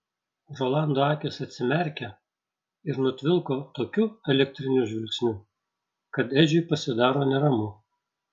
rolando akys atsimerkia ir nutvilko tokiu elektriniu žvilgsniu kad edžiui pasidaro neramu